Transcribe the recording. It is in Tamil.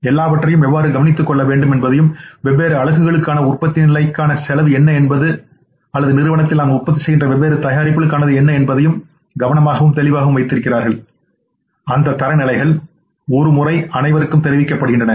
எல்லாவற்றையும்எவ்வாறுகவனித்துக் கொள்ள வேண்டும் என்பதையும் வெவ்வேறு அலகுகளுக்கான உற்பத்தியின் நிலையான செலவு என்ன அல்லது நிறுவனத்தில் நாம் உற்பத்தி செய்கிற வெவ்வேறு தயாரிப்புகளுக்கானது என்னஎன்பதையும் மக்கள் கவனமாகவும் தெளிவாகவும்வைத்திருக்கிறார்கள் அந்த தரநிலைகள் ஒரு முறைஅனைவருக்கும் தெரிவிக்கப்படுகின்றன